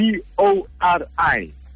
B-O-R-I